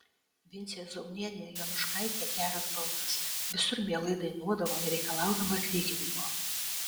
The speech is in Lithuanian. vincė zaunienė jonuškaitė geras balsas visur mielai dainuodavo nereikalaudama atlyginimo